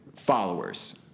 followers